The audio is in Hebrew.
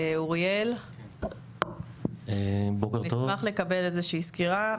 אוריאל, נשמח לקבל איזושהי סקירה.